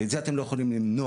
ואת זה אתם לא יכולים למנוע,